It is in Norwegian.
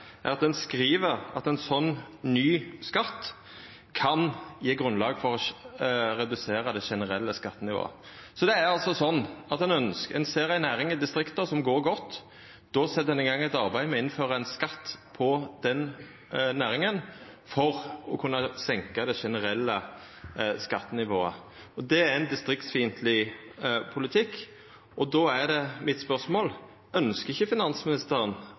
er at ein skriv at ein slik ny skatt kan gje grunnlag for å redusera det generelle skattenivået. Så det er altså slik at ein ser ei næring i distrikta som går godt. Då set ein i gang eit arbeid med å innføra ein skatt på den næringa for å kunna senka det generelle skattenivået, og det er ein distriktsfiendtleg politikk. Då er mitt spørsmål: Ønskjer ikkje finansministeren